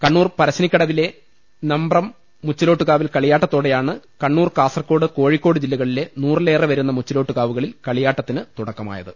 കണ്ണൂർ പറശ്ശിനിക്കടവിലെ നമ്പ്രം മുച്ചിലോട്ട് കാവിൽ കളിയാട്ടത്തോടെയാണ് കണ്ണൂർ കാസർകോട് കോഴിക്കോട് ജില്ല കളിലെ നൂറിലേറെവരുന്ന മുച്ചിലോട്ട് കാവുകളിൽ കളിയാട്ടത്തിന് തുടക്കമായത്